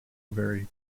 very